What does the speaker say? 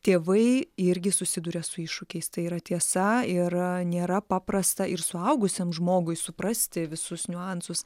tėvai irgi susiduria su iššūkiais tai yra tiesa ir nėra paprasta ir suaugusiam žmogui suprasti visus niuansus